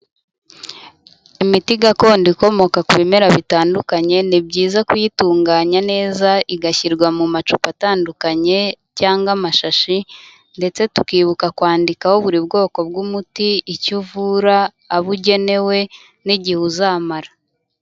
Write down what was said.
Imiti gakondo ikomoka ku bimera bitandukanye, ni byiza kuyitunganya neza igashyirwa mu macupa atandukanye cyangwa amashashi ndetse tukibuka kwandikaho buri bwoko bw'umuti, icyo uvura, abo ugenewe n'igihe uzamara.